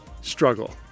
struggle